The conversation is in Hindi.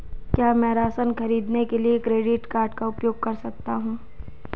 क्या मैं राशन खरीदने के लिए क्रेडिट कार्ड का उपयोग कर सकता हूँ?